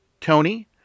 Tony